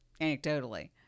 anecdotally